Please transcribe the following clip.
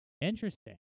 Interesting